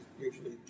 usually